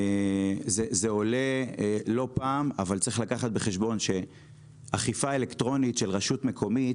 לא פעם זה עולה אבל צריך לקחת בחשבון שאכיפה אלקטרונית של רשות מקומית